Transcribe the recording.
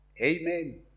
Amen